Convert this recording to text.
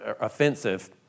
offensive